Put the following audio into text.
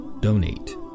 donate